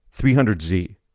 300z